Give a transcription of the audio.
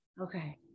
Okay